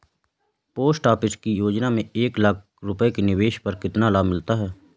Post office की योजना में एक लाख रूपए के निवेश पर कितना लाभ मिलता है?